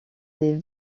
des